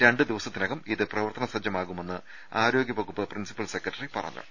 രണ്ടുദിവസത്തിനകം ഇത് പ്രവർത്തന സജ്ജമാകുമെന്ന് ആരോഗൃവകുപ്പ് പ്രിൻസിപ്പൾ സെക്രട്ടറി പറഞ്ഞു